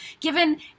given